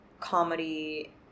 comedy